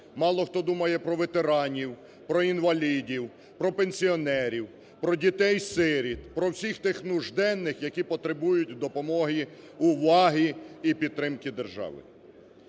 мало хто думає про ветеранів, про інвалідів, про пенсіонерів, про дітей-сиріт, про всіх тих нужденних, які потребують допомоги, уваги і підтримки держави.